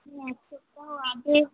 আমি এক সপ্তাহ আগে